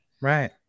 Right